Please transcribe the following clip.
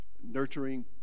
nurturing